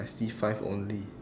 I see five only